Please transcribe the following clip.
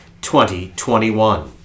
2021